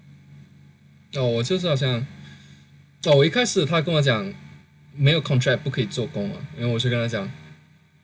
哦我就是好像我一开始他跟我讲没有 contract 不可以做工 then 我是就跟他讲